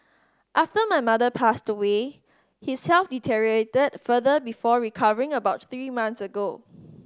after my mother passed away his health deteriorated further before recovering about three months ago